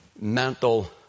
mental